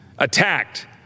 attacked